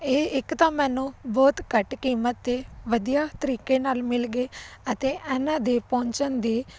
ਇਹ ਇੱਕ ਤਾਂ ਮੈਨੂੰ ਬਹੁਤ ਘੱਟ ਕੀਮਤ 'ਤੇ ਵਧੀਆ ਤਰੀਕੇ ਨਾਲ ਮਿਲ ਗਏ ਅਤੇ ਇਹਨਾਂ ਦੇ ਪਹੁੰਚਣ ਦੇ